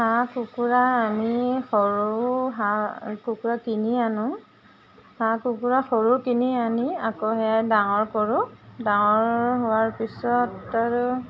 হাঁহ কুকুৰা আমি সৰু হাঁহ কুকুৰা কিনি আনো হাঁহ কুকুৰা সৰু কিনি আনি আকৌ সেয়া ডাঙৰ কৰোঁ ডাঙৰ হোৱাৰ পিছত আৰু